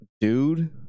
dude